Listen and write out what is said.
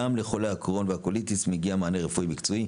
גם לחולי הקרוהן והקוליטיס מגיע מענה רפואי מקצועי,